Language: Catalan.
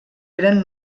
eren